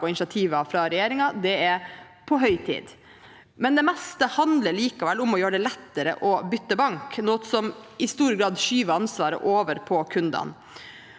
og initiativer fra regjeringen. Det er på høy tid. Det meste handler likevel om å gjøre det lettere å bytte bank, noe som i stor grad skyver ansvaret over på kundene.